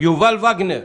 יובל וגנר,